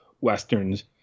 westerns